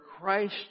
Christ